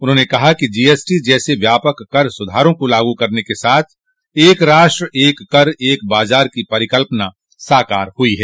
उन्होंने कहा कि जीएसटी जैसे व्यापक कर सुधारों को लागू करने के साथ एक राष्ट्र एक कर एक बाजार की परिकल्पना साकार हुई है